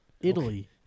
Italy